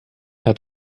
hat